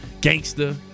gangster